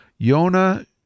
Yona